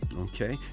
Okay